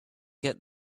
get